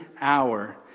hour